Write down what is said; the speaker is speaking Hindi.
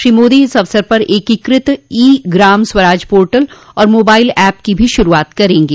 श्री मादी इस अवसर पर एकीकृत ई ग्राम स्वराज पोर्टल और मोबाइल ऐप की भी शुरूआत करेंगे